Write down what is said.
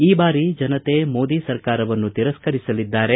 ಈ ಬಾರಿ ಜನತೆ ಮೋದಿ ಸರ್ಕಾರವನ್ನು ತಿರಸ್ಥರಿಸಲಿದ್ದಾರೆ